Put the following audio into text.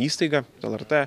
įstaiga lrt